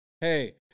hey